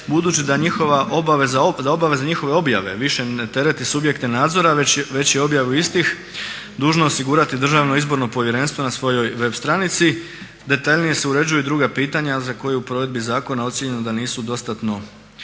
da obaveza njihove objave više ne tereti subjekte nadzora već i objavu istih dužno osigurati Državno izborno povjerenstvo na svojoj web stranici, detaljnije se uređuju i druga pitanja za koja u provedbi zakona ocjenjeno da nisu dostatno